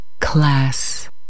Class